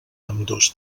ambdós